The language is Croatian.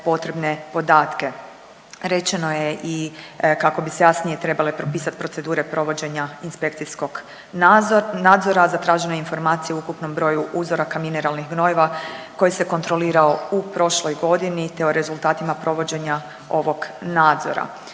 potrebne podatke. Rečeno je i kako bi se jasnije trebale propisati procedure provođenja inspekcijskog nadzora. Zatražena je informacija u ukupnom broju uzoraka mineralnih gnojiva koji se kontrolirao u prošloj godini te o rezultatima provođenja ovog nadzora.